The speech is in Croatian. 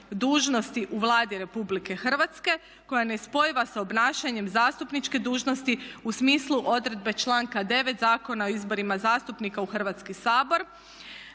dužnosti u Vladi RH koja je nespojiva s obnašanjem zastupničke dužnosti u smislu odredbe članka 9. Zakona o izborima zastupnika u Hrvatski sabor.